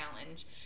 challenge